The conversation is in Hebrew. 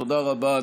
תודה רבה.